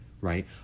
right